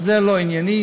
אבל זה לא ענייני.